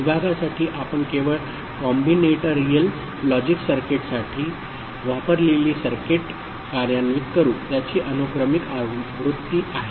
विभागासाठी आम्ही केवळ कॉम्बिनेटरियल लॉजिक सर्किटसाठी वापरलेली सर्किट कार्यान्वित करू त्याची अनुक्रमिक आवृत्ती आहे